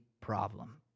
problem